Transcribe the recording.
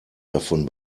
davon